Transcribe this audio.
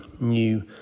new